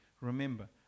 Remember